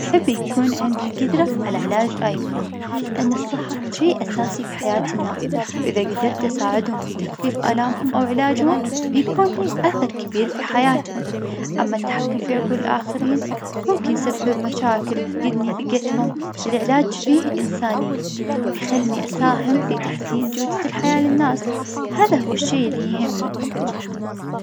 أحب يكون عندي القدرة على علاج أي مرض, لأن الصحة شي أساسي في حياة الناس, إذا قدرت أساعدهم في تخفيف آلامهم أو علاجهم, بيكون لي أثر كبير في حياتهم, أما التحكم في عقول الآخرين, ممكن يسبب مشاكل ويفقدني ثقتهم, العلاج فيه إنسانية, يخلني أساهم في تحسين جودة الحياة للناس, هذا هو الشي اللي يهمني.